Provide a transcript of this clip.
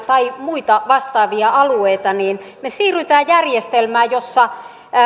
tai muita vastaavia alueita niin me siirrymme järjestelmään jossa